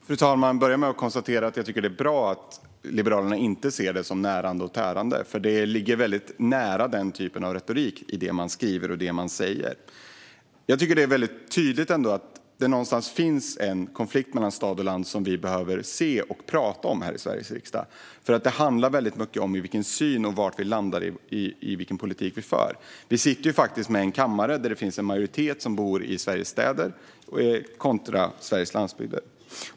Fru talman! Jag börjar med att konstatera att jag tycker att det är bra att Liberalerna inte ser kostnadsutjämningen som närande och tärande. Det man skriver och säger ligger nära den typen av retorik. Det är ändå tydligt att det någonstans finns en konflikt mellan stad och land som vi behöver se och prata om i Sveriges riksdag. Det handlar mycket om vilken syn vi har och var vi landar i den politik vi för. Vi sitter i en kammare där majoriteten bor i Sveriges städer kontra Sveriges landsbygder.